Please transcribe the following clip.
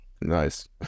Nice